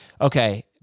Okay